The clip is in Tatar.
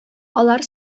алар